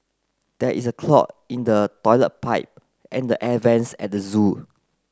there is a clog in the toilet pipe and the air vents at the zoo